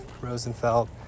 Rosenfeld